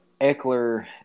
Eckler